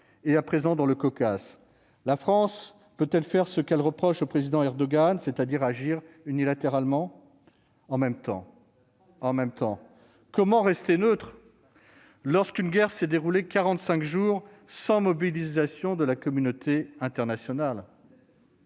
et, à présent, dans le Caucase. La France peut-elle faire ce qu'elle reproche au président Erdogan, c'est-à-dire agir unilatéralement ? En même temps, comment rester neutre lorsqu'une guerre s'est déroulée quarante-cinq jours sans mobilisation de la communauté internationale ?